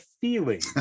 feeling